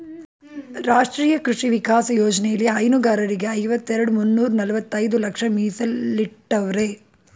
ರಾಷ್ಟ್ರೀಯ ಕೃಷಿ ವಿಕಾಸ ಯೋಜ್ನೆಲಿ ಹೈನುಗಾರರಿಗೆ ಐವತ್ತೆರೆಡ್ ಮುನ್ನೂರ್ನಲವತ್ತೈದು ಲಕ್ಷ ಮೀಸಲಿಟ್ಟವ್ರೆ